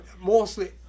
mostly